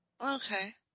Okay